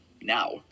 now